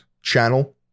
channel